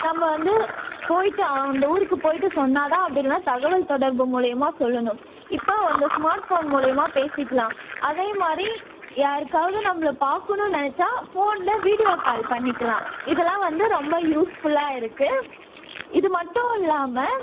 நம்ம வந்து போயிவிட்டு அந்த ஊருக்கு போயிவிட்டு சொன்னால் தான் அப்படி இல்லைன்னா தகவல் தொடர்பு மூலியமாக சொல்லணும் இப்போ இந்த ஸ்மார்ட் ஃபோன் மூலியமாக பேசிக்கலாம் அதே மாதிரி யாருக்காவது நம்பளை பார்க்கணுன்னு நினச்சா ஃபோனில் வீடியோ கால் பண்ணிக்கலாம் இதெல்லாம் வந்து ரொம்ப யூஸ்ஃபுல்லாக இருக்கு இது மட்டும் இல்லாமல்